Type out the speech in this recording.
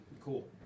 Cool